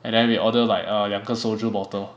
and then we ordered like a 两个 soju bottle